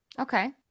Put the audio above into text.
Okay